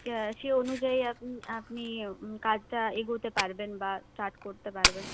সে অনুযায়ী আপনি আপনি কাজটা এগোতে পারবেন বা স্টার্ট করতে পারবেন